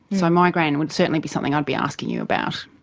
so migraine would certainly be something i'd be asking you about.